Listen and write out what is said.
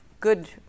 good